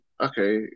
Okay